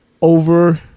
over –